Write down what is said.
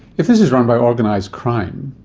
if this is run by organised crime,